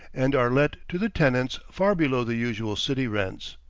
and are let to the tenants far below the usual city rents.